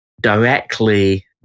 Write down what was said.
directly